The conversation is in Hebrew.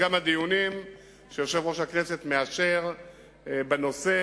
גם הדיונים שיושב-ראש הכנסת מאשר בנושא